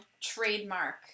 trademark